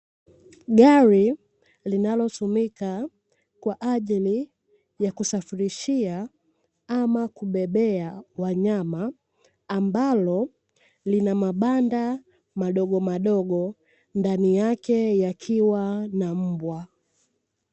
Gari linalotumika kwa ajili ya kusafirishia ama kubebea wanyama, ambao lina mabanda madogomadogo ndani yake yakiwa na mbwa.